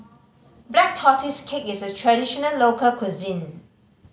Black Tortoise Cake is a traditional local cuisine